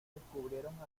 descubrieron